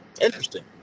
Interesting